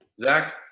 Zach